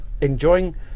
enjoying